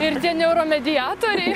ir tie neuromediatoriai